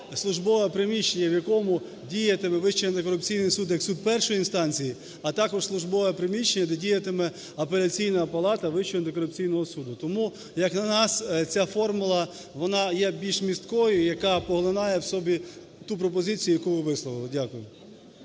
службове приміщення, в якому діятиме Вищий антикорупційний суд як суд першої інстанції, а також службове приміщення, де діятиме Апеляційна палата Вищого антикорупційного суду. Тому, як на нас, ця формула вона є більш місткою, яка поглинає в собі ту пропозицію, яку ви висловили. Дякую.